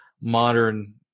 modern